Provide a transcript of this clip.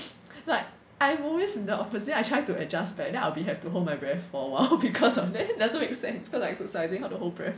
like I'm always in the opposite I try to adjust back then I'll be have to hold my breath for awhile because of that doesn't make sense cause like exercising how to you know hold breath